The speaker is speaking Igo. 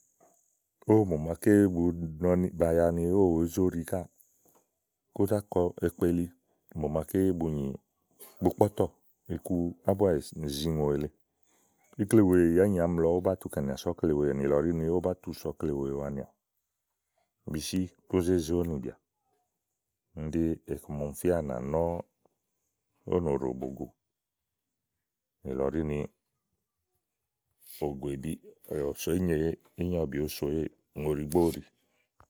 ówò mò màa bu ɖàa ya ni óò wòó zóɖi káà kò za kɔ ekpelí mò màaké bu nyì, bu kpɔ̀tɔ̀ iku, ábua èzì ùŋò èle ikle wèe yìi ányi àámi lɔ ówó bàa tu kɛ̀nìà so ɔ̀kle wèeè nìlɔ ɖí ni ówó bá tu sò ɔkle wèe wanìàà bi sí kó zé ze ówò nì bìà. kíni ɖí iku ma ɔmì fíà nà nɔ̀ ówò nòɖò bògò nìlɔ ɖi ni ògòèbi ò sò ínye èéè, ínye ɔwɔ bì óso èéè ùŋò ɖìigbo ówo ɖi.